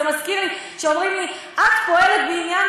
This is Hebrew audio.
זה מזכיר לי שאומרים לי: את פועלת בעניין